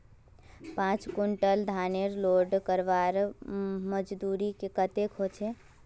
पाँच कुंटल धानेर लोड करवार मजदूरी कतेक होचए?